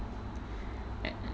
eh